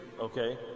okay